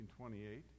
1928